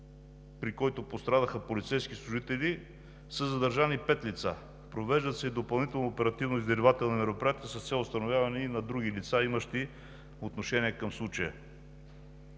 при който пострадаха полицейски служители, са задържани пет лица. Провеждат се и допълнително оперативно-издирвателните мероприятия с цел установяване и на други лица, имащи отношение към случая.